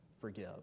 forgive